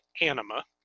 Anima